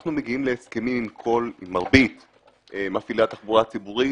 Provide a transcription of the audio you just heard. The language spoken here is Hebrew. אנחנו מגיעים להסכמים עם מרבית מפעילי התחבורה הציבורית.